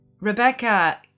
Rebecca